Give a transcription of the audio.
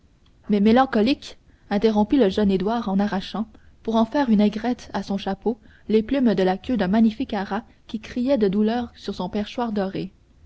mais mélancolique interrompit le jeune édouard en arrachant pour en faire une aigrette à son chapeau les plumes de la queue d'un magnifique ara qui criait de douleur sur son perchoir doré